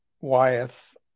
Wyeth